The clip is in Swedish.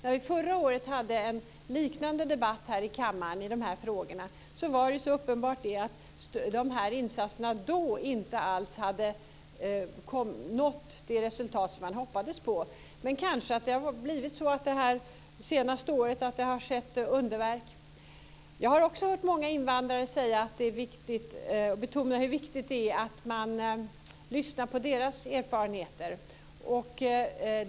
När vi förra året hade en liknande debatt om de här frågorna här i kammaren var det nämligen uppenbart att dessa insatser då inte alls hade givit det resultat som man hoppades på. Men kanske har det skett underverk det senaste året. Jag har också hört många invandrare betona hur viktigt det är att man lyssnar på deras erfarenheter.